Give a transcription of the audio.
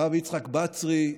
הרב יצחק בצרי,